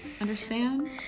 understand